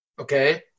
Okay